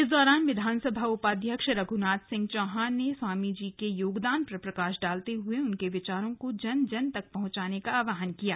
इस दौरान विधानसभा उपाध्यक्ष रघुनाथ सिंह चौहान ने स्वामी जी के योगदान पर प्रकाश डालते हुए उनके विचारों को जन जन तक पहुंचाने का आह्वान किया गया